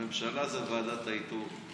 הממשלה זו ועדת האיתור.